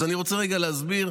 אז אני רוצה רגע להסביר,